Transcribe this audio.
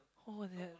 oh that